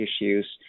issues